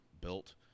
built